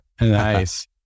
Nice